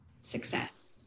success